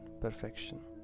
perfection